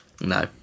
No